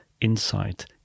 insight